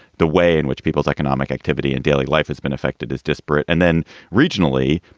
the way in which people's economic activity and daily life has been affected is disparate. and then regionally,